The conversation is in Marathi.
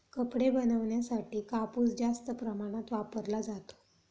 कपडे बनवण्यासाठी कापूस जास्त प्रमाणात वापरला जातो